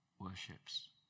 worships